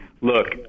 Look